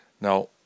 Now